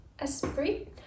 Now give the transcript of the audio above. Esprit